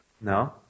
No